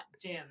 Jim